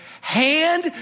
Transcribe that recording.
hand